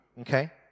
Okay